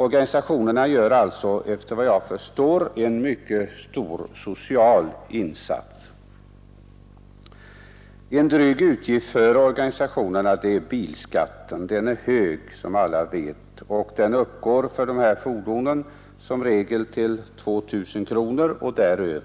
Organisationerna gör alltså efter vad jag förstår en mycket stor social insats. En dryg utgift för organisationerna är bilskatten. Den är hög, som alla vet. För ifrågavarande fordon uppgår den som regel till 2 000 kronor eller